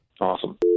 Awesome